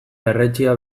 berretsia